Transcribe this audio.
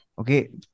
Okay